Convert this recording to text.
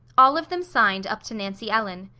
all of them signed up to nancy ellen.